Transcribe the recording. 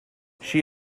she